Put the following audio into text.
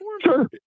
Sure